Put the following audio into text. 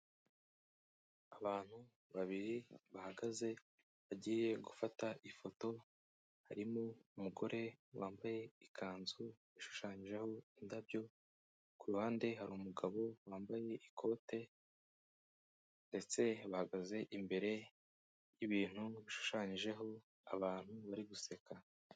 Abantu babiri bahagaze bagiye gufata ifoto, harimo umugore wambaye ikanzu ishushanyijeho indabyo, ku ruhande hari umugabo wambaye ikote ndetse bahagaze imbere y'ibintu bishushanyijeho abantu bari guseka.